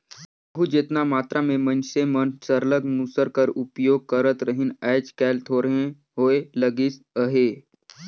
आघु जेतना मातरा में मइनसे मन सरलग मूसर कर उपियोग करत रहिन आएज काएल थोरहें होए लगिस अहे